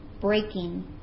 breaking